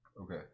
Okay